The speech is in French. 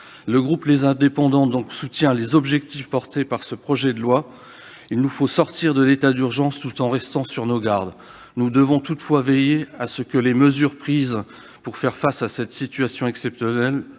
le groupe Les Indépendants soutient les objectifs portés par ce projet de loi : il nous faut sortir de l'état d'urgence, tout en restant sur nos gardes. Mais les mesures prises pour faire face à cette situation exceptionnelle